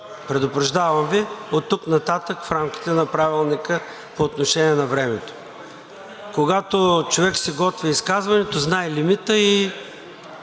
Предупреждавам Ви, оттук нататък в рамките на Правилника по отношение на времето. Когато човек си готви изказването, знае лимита и